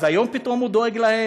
אז היום פתאום הוא דואג להם?